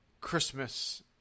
Christmas